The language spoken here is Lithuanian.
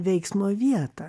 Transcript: veiksmo vietą